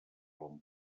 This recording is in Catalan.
bon